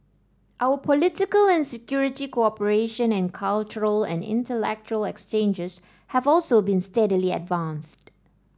our political and security cooperation and cultural and intellectual exchanges have also been steadily advanced